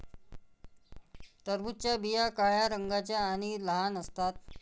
टरबूजाच्या बिया काळ्या रंगाच्या आणि लहान असतात